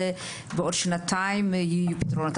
רק בעוד שנתיים יהיו פתרונות.